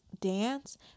dance